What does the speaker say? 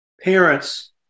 parents